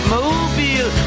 mobile